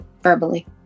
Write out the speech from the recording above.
verbally